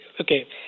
Okay